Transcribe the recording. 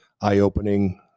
eye-opening